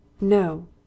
No